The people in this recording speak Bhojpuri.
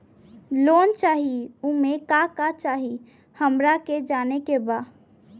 लोन चाही उमे का का चाही हमरा के जाने के बा?